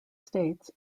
states